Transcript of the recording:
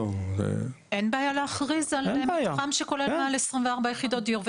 אין בעיה להכריז על מתחם שכולל מעל 24 יחידות דיור.